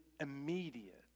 immediate